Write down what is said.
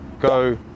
Go